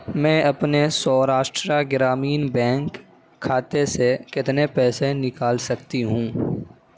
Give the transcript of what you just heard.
میں اپنے سوراشٹرا گرامین بینک کھاتے سے کتنے پیسے نکال سکتی ہوں